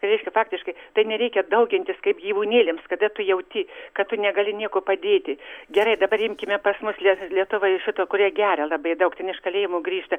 reiškia faktiškai tai nereikia daugintis kaip gyvūnėliams kada tu jauti kad tu negali niekuo padėti gerai dabar imkime pas mus lie lietuva iš šito kurie geria labai daug ten iš kalėjimų grįžta